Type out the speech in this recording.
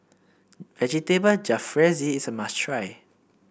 Vegetable Jalfrezi is a must try